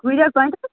کۭتیٛاہ کۄینٛٹَل